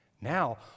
Now